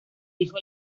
hijo